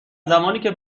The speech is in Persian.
زمانیکه